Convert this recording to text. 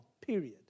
Period